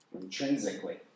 intrinsically